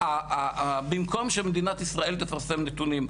במקום שמדינת ישראל תפרסם נתונים,